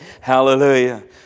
Hallelujah